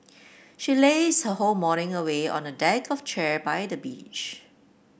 she lazed her whole morning away on a deck of chair by the beach